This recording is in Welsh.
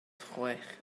chwech